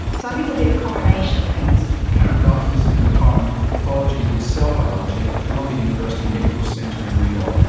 so i think it will be a combination of things. karen duff is in the department of pathology and cell biology at columbia university medical centre in new york